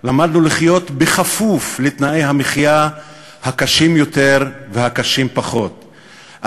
למדנו לחיות בכפוף לתנאי המחיה הקשים יותר והקשים פחות,